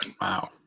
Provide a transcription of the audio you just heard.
Wow